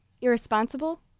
Irresponsible